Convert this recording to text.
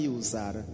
usar